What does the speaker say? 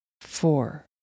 four